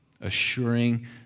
assuring